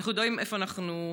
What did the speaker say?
אנחנו יודעים איפה אנחנו,